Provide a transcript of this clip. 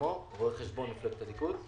חשבון, מפלגת הליכוד.